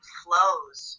flows